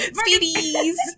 speedies